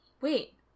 Wait